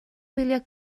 wylio